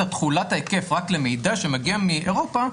תחולת ההיקף רק למידע שמגיע מאירופה,